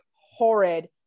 horrid